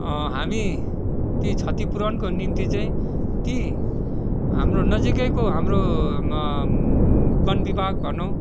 हामी ती क्षतिपूरणको निम्ति चाहिँ ती हाम्रो नजिकैको हाम्रो वनविभाग भनौँ